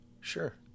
Sure